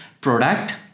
product